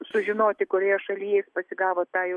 sužinoti kurioje šaly jis pasigavo tą